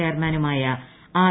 ചെയർമാനുമായ ആർ